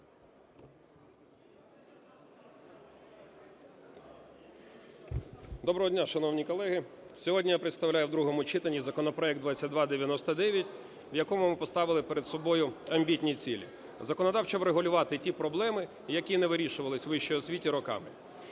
Доброго дня, шановні колеги, сьогодні я представляю в другому читанні законопроект 2299, в якому ми поставили перед собою амбітні цілі законодавчо врегулювати ті проблеми, які не вирішувались в вищій освіті роками,